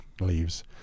leaves